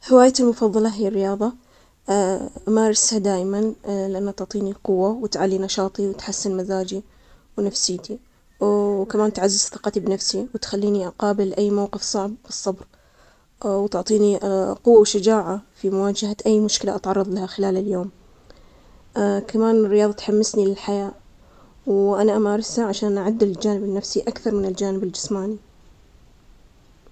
هوايتي المفضلة هي القراءة, أستمتع فيها لأنها تأخذني لعواملٍ مختلفة, وتخليني اتعلم أشيا جديدة. أحيانا أقرأ رواية، وأحيانا كتب عن التنمية الذاتية. كل كتاب يفتح لي آفاق جديدة, وأحس أني أعيش تجارب شخصيات. بعد القراءة، تهديني لحظات من الهدوء والتركيز وهذا الشيء مهم في حياتي.